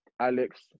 Alex